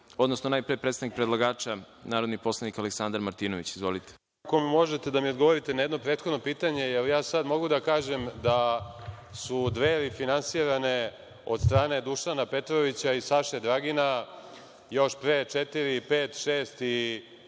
odnosno najpre predstavnik predlagača, narodni poslanik Aleksandar Martinović. Izvolite. **Aleksandar Martinović** Ako možete da mi odgovorite na jedno prethodno pitanje, da li ja sada mogu da kažem da su Dveri finansirane od strane Dušana Petrovića i Saše Dragina još pre četiri,